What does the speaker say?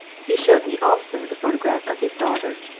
he showed me also the photo graph of his daughter.